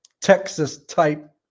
Texas-type